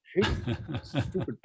stupid